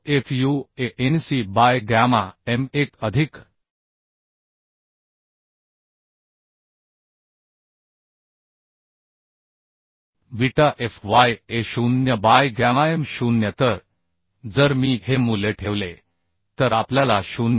9 Fuanc by gamma m1 अधिक beta Fya 0 by गॅमाm 0 तर जर मी हे मूल्य ठेवले तर आपल्याला 0